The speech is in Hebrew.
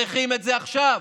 צריכים את זה עכשיו.